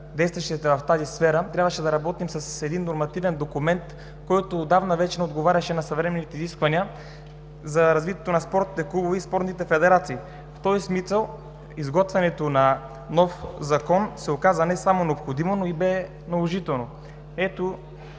действащите в тази сфера, трябваше да работим с един нормативен документ, който отдавна не отговаряше на съвременните изисквания за развитието на спортните клубове и спортните федерации. В този смисъл изготвянето на нов Закон се оказа не само необходимо, но и бе наложително. Ето,